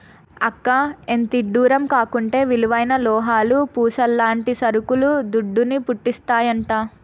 అక్కా, ఎంతిడ్డూరం కాకుంటే విలువైన లోహాలు, పూసల్లాంటి సరుకులు దుడ్డును, పుట్టిస్తాయంట